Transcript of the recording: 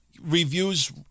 reviews